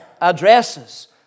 addresses